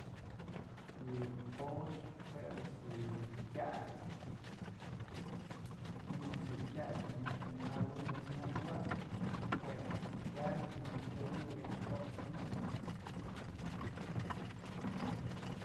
Yë poxpë jue a'ax yë tyak ji'i a'ax je'e tyak, ji'im a'ax yë tyak më anemal unkë a'ax nyaxëwaynë porque je'e a'ax dun kyabyë ji'im je'e kyay iukë a'ax yot'smëmëy.